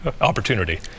opportunity